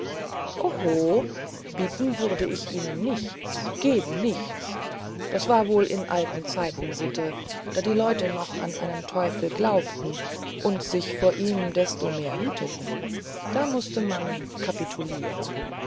bieten würde ich ihnen nichts geben nichts das war wohl in alten zeiten sitte da die leute noch an einen teufel glaubten und sich vor ihm desto mehr hüteten da mußte man kapitulieren